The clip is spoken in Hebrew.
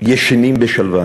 ישנים בשלווה,